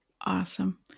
Awesome